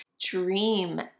Dream